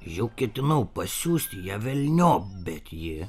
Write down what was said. jau ketinau pasiųsti ją velniop bet ji